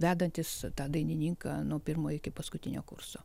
vedantis tą dainininką nuo pirmo iki paskutinio kurso